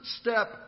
step